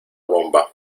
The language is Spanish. bomba